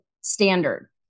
standard